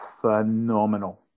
phenomenal